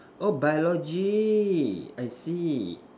oh biology I see